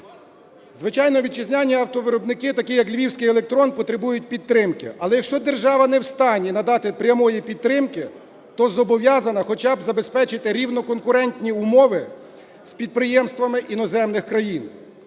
Звичайно, вітчизняні автовиробники, такі як львівський "Електрон", потребують підтримки. Але якщо держава не в стані надати прямої підтримки, то зобов'язана хоча б забезпечити рівно конкурентні умови з підприємствами іноземних країн.